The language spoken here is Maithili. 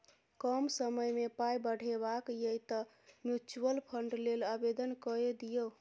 कम समयमे पाय बढ़ेबाक यै तँ म्यूचुअल फंड लेल आवेदन कए दियौ